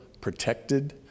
protected